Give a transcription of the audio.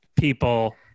people